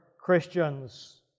Christians